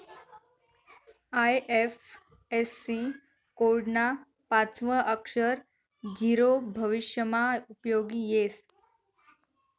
IFSC code ना पाचवं अक्षर झीरो भविष्यमा उपयोगी येस